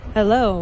Hello